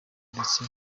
ndetse